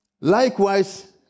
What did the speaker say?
Likewise